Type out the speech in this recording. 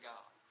God